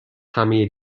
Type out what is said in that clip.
همه